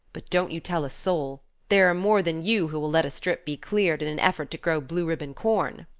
but don't you tell a soul there are more than you who will let a strip be cleared, in an effort to grow blue ribbon corn.